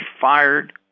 fired